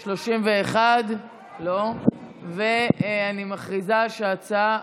31. אני מכריזה שההצעה,